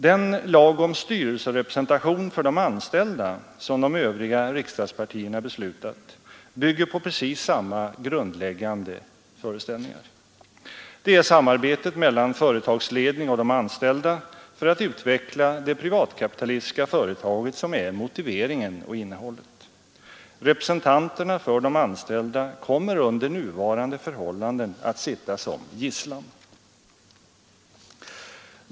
Den lag om styrelserepresentation för de anställda som de övriga riksdagspartierna beslutat bygger på precis samma grundläggande föreställningar. Det är samarbetet mellan företagsledning och anställda för att utveckla de privatkapitalistiska företagen som är motiveringen och innehållet. Representanterna för de anställda kommer under nuvarande förhållanden att sitta som gisslan.